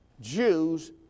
Jews